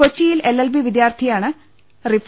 കൊച്ചിയിൽ L L B വിദ്യാർത്ഥിയാണ് റിഫ